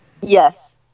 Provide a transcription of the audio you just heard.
Yes